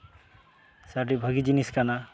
ᱥᱮ ᱟᱹᱰᱤ ᱵᱷᱟᱹᱜᱤ ᱡᱤᱱᱤᱥ ᱠᱟᱱᱟ